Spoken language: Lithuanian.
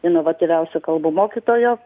inovatyviausio kalbų mokytojo